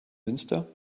münster